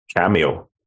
cameo